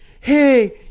hey